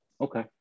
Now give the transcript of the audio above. Okay